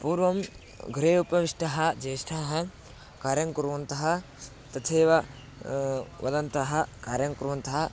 पूर्वं गृहे उपविष्टः ज्येष्ठः कार्यं कुर्वन्तः तथैव वदन्तः कार्यं कुर्वन्तः